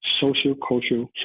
social-cultural